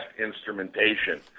instrumentation